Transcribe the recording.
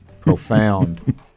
profound